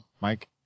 Mike